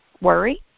worry